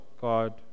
God